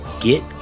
Get